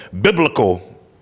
biblical